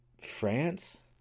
France